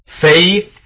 faith